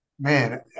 Man